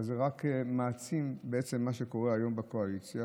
אבל זה רק מעצים מה שקורה היום בקואליציה,